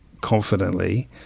confidently